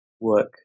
work